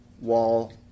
wall